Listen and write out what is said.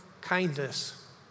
kindness